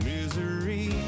Misery